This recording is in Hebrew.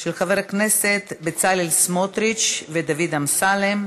של חברי הכנסת בצלאל סמוטריץ ודוד אמסלם.